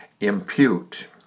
impute